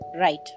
Right